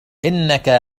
إنك